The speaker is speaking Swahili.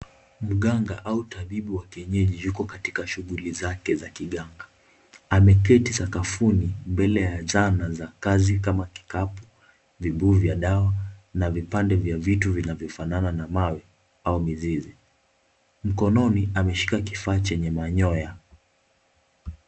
Mganga au tabibu wa kienyeji yuko katika shughuli zake za kiganga. Ameketi sakafuni mbele ya zana za kazi kama kikapu, vibuyu vya dawa na vipande vya vitu vinavyofanana na mawe au mizizi. Mkononi ameshika kifaa chenye manyoya.